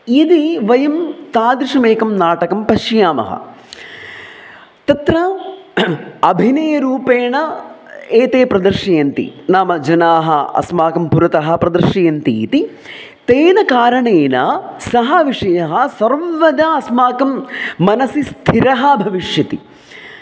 यदि वयं तादृशमेकं नाटकं पश्यामः तत्र अभिनयरूपेण एते प्रदर्शयन्ति नाम जनाः अस्माकं पुरतः प्रदर्शयन्ति इति तेन कारणेन सः विषयः सर्वदा अस्माकं मनसि स्थिरः भविष्यति